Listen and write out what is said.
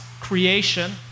creation